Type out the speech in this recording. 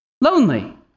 Lonely